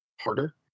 harder